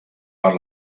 per